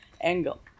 angle